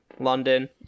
London